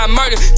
murder